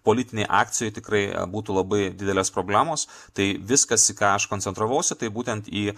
politinėj akcijoj tikrai būtų labai didelės problemos tai viskas į ką aš koncentravausi tai būtent į